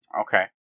Okay